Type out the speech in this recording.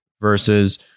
versus